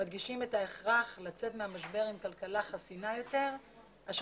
מדגישים את ההכרח לצאת מהמשבר עם כלכלה חסינה יותר אשר